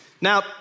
Now